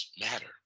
matter